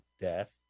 death